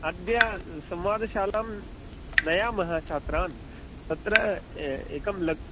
अद्य संवादशालां नयामः छात्रान् तत्र ए एकं ल